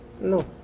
No